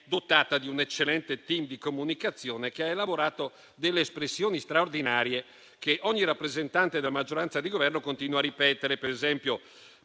dotata di un eccellente *team* di comunicazione, che ha elaborato delle espressioni straordinarie che ogni rappresentante della maggioranza di Governo continua a ripetere. Per esempio: